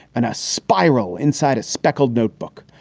in a spiral inside a speckled notebook.